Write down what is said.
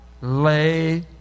lay